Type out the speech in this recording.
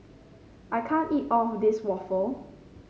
I can't eat all of this waffle